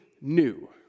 new